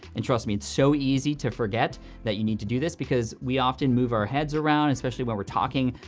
and trust me, it's so easy to forget that you need to do this, because we often move our heads around, especially when we're talking,